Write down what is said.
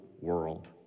world